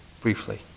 briefly